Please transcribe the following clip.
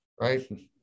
right